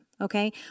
okay